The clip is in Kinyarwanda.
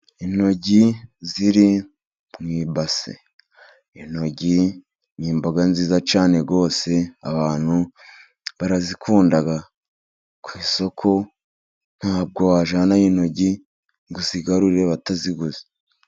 Intoryi ziri mu ibase. Intoryi ni imboga nziza cyane rwose, abantu barazikunda. Ku isoko, ntabwo wajyanayo intoryi ngo uzigarure bataziguze.